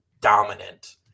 dominant